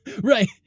Right